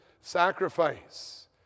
sacrifice